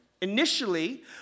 initially